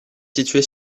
située